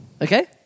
Okay